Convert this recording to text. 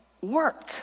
work